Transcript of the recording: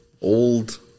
old